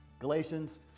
Galatians